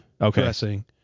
Okay